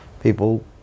people